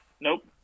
Nope